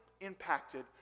impacted